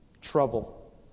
trouble